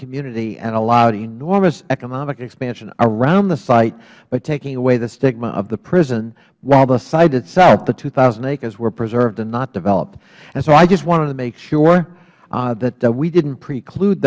community and allowed enormous economic expansion around the site by taking away the stigma of the prison while the site itself the two thousand acres were preserved and not developed so i just wanted to make sure that we didnt preclude